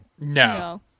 no